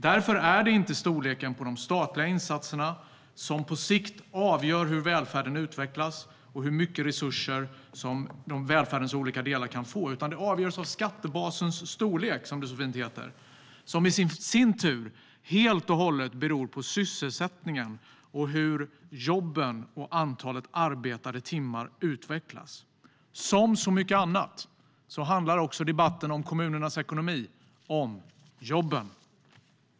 Därför är det inte storleken på de statliga insatserna som på sikt avgör hur välfärden utvecklas och hur mycket resurser som välfärdens olika delar kan få. Det avgörs i stället av skattebasens storlek, som i sin tur helt och hållet beror på sysselsättningen, alltså hur jobben och antalet arbetade timmar utvecklas. Som så mycket annat handlar debatten om kommunernas ekonomi om jobben.